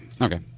okay